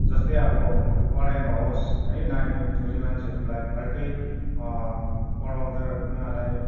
जस्तै अब पढाइमा होस् है नानी छोरी मान्छेहरूलाई फाल्टै पढाउँदा उनीहरूलाई